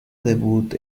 debut